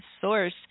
source